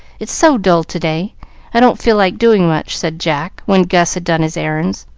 it's so dull to-day i don't feel like doing much, said jack, when gus had done his errands,